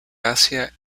asia